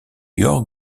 york